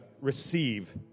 receive